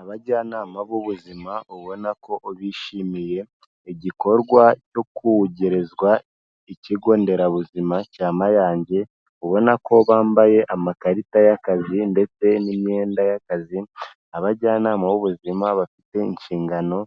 Abajyanama b'ubuzima ubona ko bishimiye igikorwa cyo kugerezwa ikigo nderabuzima cya Mayange, ubona ko bambaye amakarita y'akazi ndetse n'imyenda y'akazi, abajyanama b'ubuzima bafite inshingano